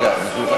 אסור, אסור.